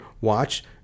Watch